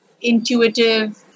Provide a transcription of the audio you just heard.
intuitive